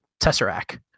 tesseract